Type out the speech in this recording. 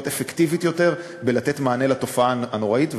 אפקטיבית יותר במתן מענה על התופעה הנוראית.